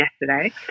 yesterday